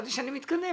חשבתי שאני מתקדם.